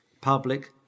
Public